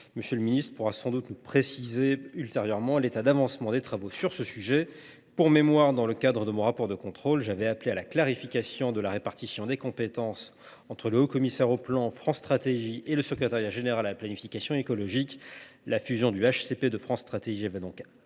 M. le ministre pourra sans doute nous préciser l’état d’avancement des travaux sur ce sujet. Pour mémoire, dans le cadre de mon rapport de contrôle, j’avais appelé à la clarification de la répartition des compétences entre le HCP, France Stratégie et le Secrétariat général à la planification écologique. La fusion du HCP et de France Stratégie va plus loin